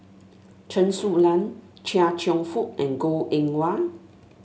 Chen Su Lan Chia Cheong Fook and Goh Eng Wah